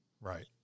Right